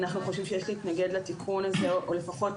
אנחנו חושבים שיש להתנגד לתיקון הזה או לפחות